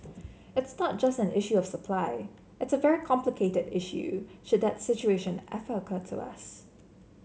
it's not just an issue of supply it's a very complicated issue should that situation ever occur to us